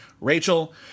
Rachel